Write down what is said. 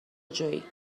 جویی